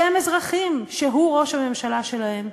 שהם אזרחים שהוא ראש הממשלה שלהם,